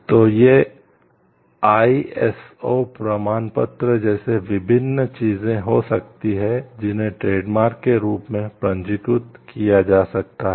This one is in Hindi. तो ये आईएसओ प्रमाणपत्र जैसी विभिन्न चीजें हो सकती हैं जिन्हें ट्रेडमार्क के रूप में पंजीकृत किया जा सकता है